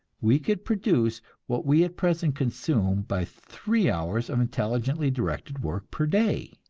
we could produce what we at present consume by three hours of intelligently directed work per day.